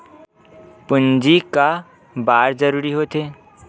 पूंजी का बार जरूरी हो थे?